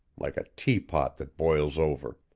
like a teapot that boils over.